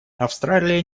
австралия